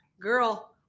Girl